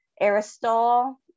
Aristotle